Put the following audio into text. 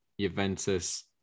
Juventus